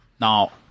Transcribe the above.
now